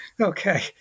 Okay